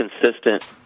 consistent